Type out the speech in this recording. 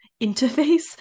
interface